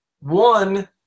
one